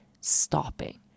stopping